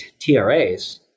TRAs